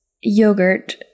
yogurt